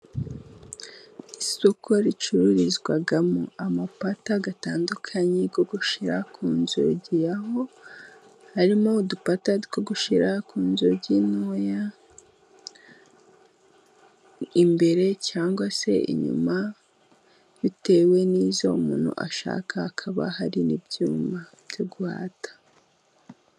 Isoko ricururizwamo amapata atandukanye yo gushyira ku nzugi. Aho harimo udupata two gushyira ku nzugi ntoya, imbere cyangwa se inyuma, bitewe n'izo umuntu ashaka. Hakaba hari n'ibyuma byo guhata.